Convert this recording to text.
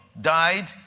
died